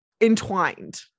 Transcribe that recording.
entwined